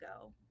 go